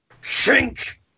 shrink